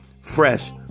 Fresh